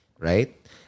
right